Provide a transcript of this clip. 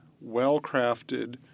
well-crafted